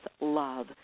love